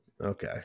Okay